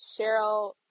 Cheryl